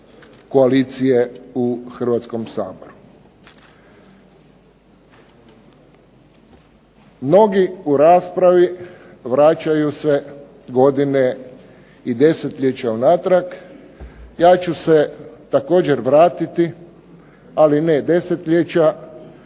koalicije u Hrvatskom saboru. Mnogi u raspravi vraćaju se godine i desetljeća unatrag. Ja ću se također vratiti, ali ne desetljeća,